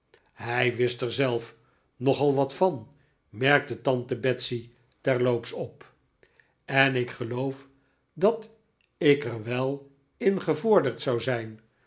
hij wist er zelf nogal wat van merkte tante betsey terloops op en ik geloof dat ik er wel in gevorderd zou zijn